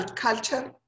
culture